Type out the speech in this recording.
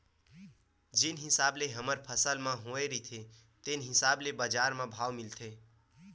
जेन हिसाब ले हमर फसल ह होए रहिथे तेने हिसाब ले बजार म भाव मिलथे